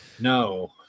no